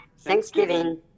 Thanksgiving